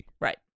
Right